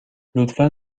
لطفا